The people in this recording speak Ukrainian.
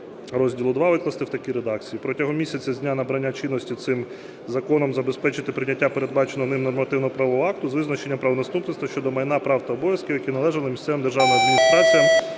розділу ІІ викласти в такій редакції: "Протягом місяця, з дня набрання чинності цим законом, забезпечити прийняття передбаченого ним нормативно-правового акту з визначенням правонаступництва щодо майна, прав та обов'язків, які належали місцевим державним адміністраціям